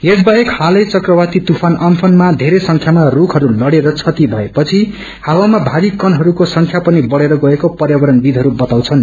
यसबाहेक हालै चक्रवाती तूप्रान अम्फानमा बेरै संख्यामा रूखहरू लड़ेर क्षति भएपछि ह्ववामा भारी कणहरूको संख्या पनिबढ़ेर गएक्रो पर्यावरणविदहरू बताउँछन्